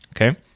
Okay